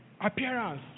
appearance